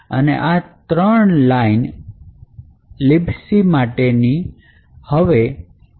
અને આ ત્રણ લાઈન આખી માટેની છે